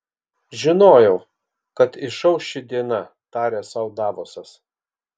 žinojau kad išauš ši diena tarė sau davosas